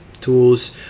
tools